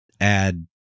add